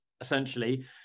essentially